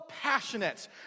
passionate